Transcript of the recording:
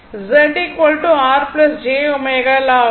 Z R j ω L ஆகும்